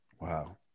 Wow